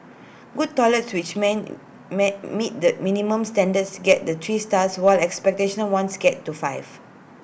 good toilets which men may meet the minimum standards get the three stars while exceptional ones get to five